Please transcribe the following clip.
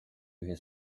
his